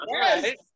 Yes